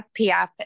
SPF